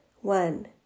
one